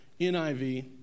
NIV